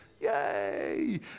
Yay